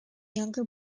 younger